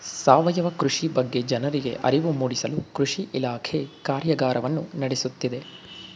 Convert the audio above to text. ಸಾವಯವ ಕೃಷಿ ಬಗ್ಗೆ ಜನರಿಗೆ ಅರಿವು ಮೂಡಿಸಲು ಕೃಷಿ ಇಲಾಖೆ ಕಾರ್ಯಗಾರವನ್ನು ನಡೆಸುತ್ತಿದೆ